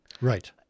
Right